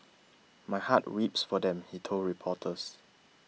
my heart weeps for them he told reporters